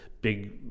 big